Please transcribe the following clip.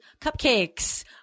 cupcakes